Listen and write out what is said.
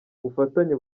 ubufatanye